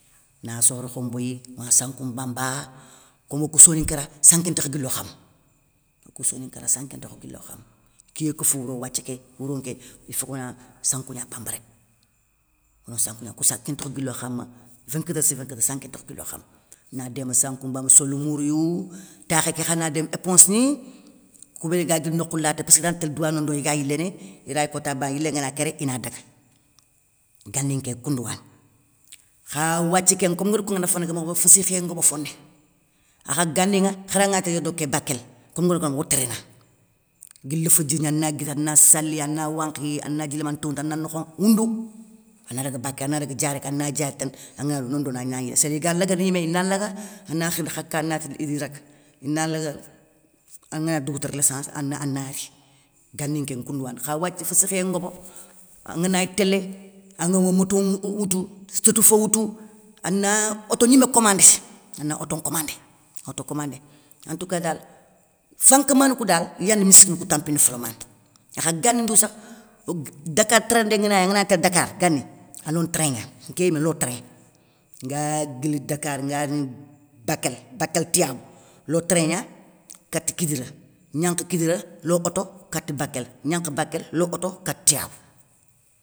Na sokhorokho mboyi, ona sankou mbamba, komokou soninkara sanké ntakha guilo khama, okou soninkara sanké ntakha guilo khama, kiyé keff wouro wathie ké. wouro nké ifokona sankou gna bamba rek, ono sankou gnan kountakh guilo khama. vinte katreur sur vinte kate, sanké ntakha guilo khama. Na déma sankou mbamba solou mourouyou, takhé ké kha na déma éponge ni, koubéni ga guili nokhou laté passkirante tél douwa nondono iga yiléné, iray kota bané, yila ngana kéré ina daga, gani nké koundouwani. Kha wathie ké komi ngari konŋa da fana ké mokhobé o féssékhiyé ngobo foné, akha ganinŋa khara ngana gnitél yér do ké bakél komi ngara konŋa da mokhobé o téréna, guili fadjiri ana guiri, ana guiri ana sali ana wankhi, ana dji lamané towondi ana woundou, ana daga bakél ana daga diaréka ana diaré tane angana dougouta nondono ana yilé, séliga lagana yimé ina laga, ana khirindi khaka anati idi raga, ina lagga, angana dougouta reléssance ana ana ri, gani kénŋa koundouwani. Kha wathia féssékhiyé ngobo, anganagni télé, angama moto woutou, sotouufo woutou, ana auto gnimé commandé, ana auto nkomandé, auto commandé, antouka dal, fankama ni kou dal, iyani misskina ni kou tampindi folamané. Akha gani ndou sakh, og dakar téréndé nganagni anganagni tél dakar gani, alone train gna, nké yimé lo train, nga guili dakar nga rini bakel; bakel, tiyabou, lo train gna kata kidira, gnankha kidira, lo auto kati bakel, gnankha bakel lo auto kate tiyabou.